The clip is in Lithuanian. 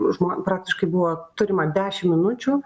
žmo praktiškai buvo turima dešim minučių